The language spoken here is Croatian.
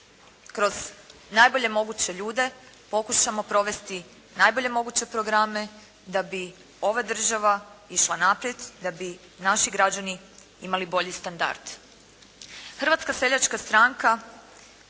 kroz najbojle moguće ljude pokušamo provesti najbolje moguće programe da bi ova država išla naprijed da bi naši građani imali bolji standard.